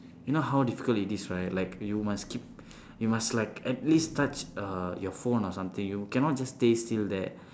you know how difficult it is right like you must keep you must like at least touch uh your phone or something you cannot just stay still there